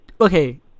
okay